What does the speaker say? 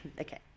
okay